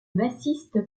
bassiste